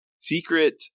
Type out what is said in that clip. Secret